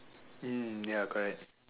mm ya correct